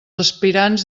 aspirants